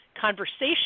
conversation